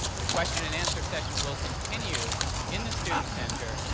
the question and answer session will continue in the student center.